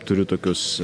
turiu tokius